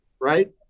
Right